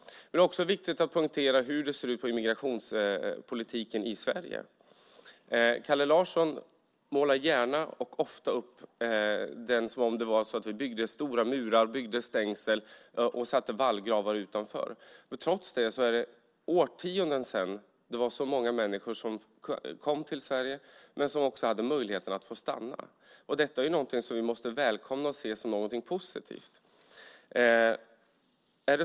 Det är också viktigt att poängtera hur det ser ut när det gäller migrationspolitiken i Sverige. Kalle Larsson målar gärna och ofta upp den som om vi byggde stora murar, byggde stängsel och grävde vallgravar utanför. Trots det är det årtionden sedan det var så många människor som kom till Sverige och också hade möjligheten att få stanna. Detta är någonting som vi måste välkomna och se som någonting positivt.